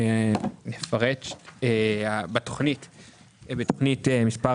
בתכנית מס'